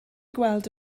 gweld